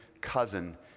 cousin